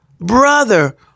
brother